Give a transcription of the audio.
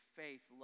faith